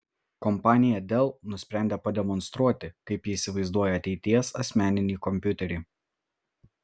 kompanija dell nusprendė pademonstruoti kaip ji įsivaizduoja ateities asmeninį kompiuterį